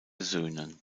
söhnen